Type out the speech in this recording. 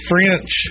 French